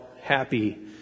happy